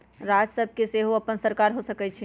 राज्य सभ के सेहो अप्पन सरकार हो सकइ छइ